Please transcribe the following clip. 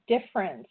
difference